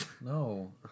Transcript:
No